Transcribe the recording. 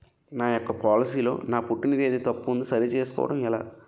నా యెక్క పోలసీ లో నా పుట్టిన తేదీ తప్పు ఉంది సరి చేసుకోవడం ఎలా?